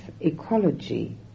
ecology